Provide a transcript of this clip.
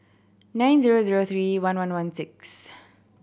nine zero zero three one one one six